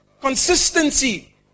Consistency